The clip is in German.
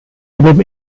wilhelm